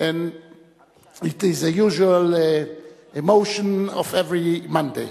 שהוא גם נשיא ה-WHO,